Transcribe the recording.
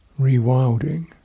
Rewilding